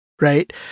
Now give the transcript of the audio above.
Right